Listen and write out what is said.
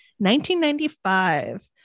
1995